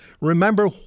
Remember